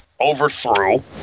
overthrew